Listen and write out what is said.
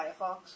Firefox